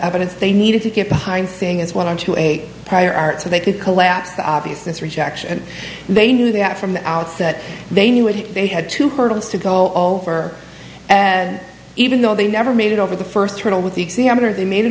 evidence they needed to get behind saying as one into a prior art so they could collapse the obviousness rejection and they knew that from the outset they knew what they had to hurdles to go all over and even though they never made it over the first hurdle with the examiner they made it